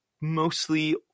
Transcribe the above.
mostly